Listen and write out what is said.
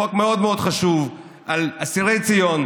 זה חוק מאוד מאוד חשוב על אסירי ציון,